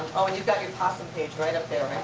owen, you've got your possum page right up there,